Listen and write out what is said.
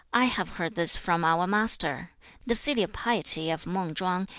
i have heard this from our master the filial piety of mang chwang,